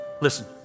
listen